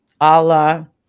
Allah